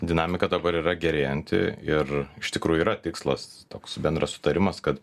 dinamika dabar yra gerėjanti ir iš tikrųjų yra tikslas toks bendras sutarimas kad